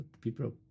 people